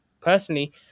personally